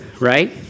right